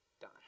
done